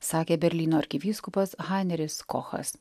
sakė berlyno arkivyskupas haneris kochas